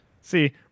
See